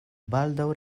baldaŭ